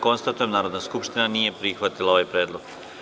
Konstatujem da Narodna skupština nije prihvatila ovaj predlog.